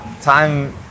time